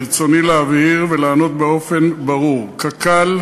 ברצוני להבהיר ולענות באופן ברור: קק"ל,